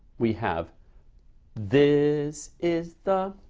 we have this is is the.